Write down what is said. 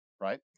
right